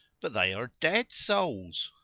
but they are dead souls.